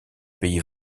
pays